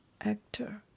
actor